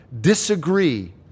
disagree